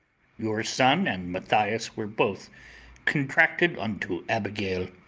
your son and mathias were both contracted unto abigail